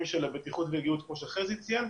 של הבטיחות והגיהות כמו שחזי ציין,